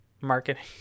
marketing